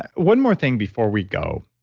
one more thing before we go,